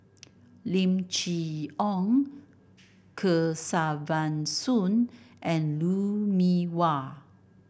Lim Chee Onn Kesavan Soon and Lou Mee Wah